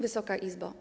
Wysoka Izbo!